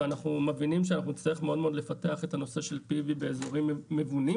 ואנחנו מבינים שאנחנו נצטרך מאוד לפתח את הנושא של PV באזורים מבונים.